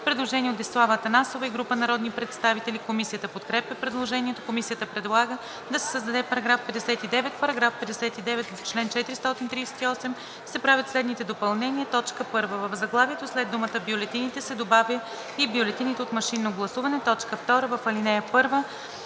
Предложение от Десислава Атанасова и група народни представители. Комисията подкрепя предложението. Комисията предлага да се създаде § 59: „§ 59. В чл. 438 се правят следните допълнения: 1. В заглавието след думата „бюлетините“ се добавя „и бюлетините от машинно гласуване“. 2. В ал. 1: